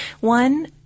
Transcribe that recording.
One